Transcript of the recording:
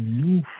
new